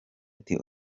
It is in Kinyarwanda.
ati